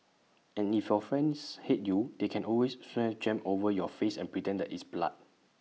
and if your friends hate you they can always smear jam over your face and pretend that it's blood